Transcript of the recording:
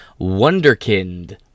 Wonderkind